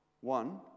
One